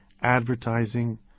advertising